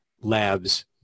Labs